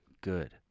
good